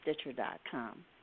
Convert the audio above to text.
Stitcher.com